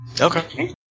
Okay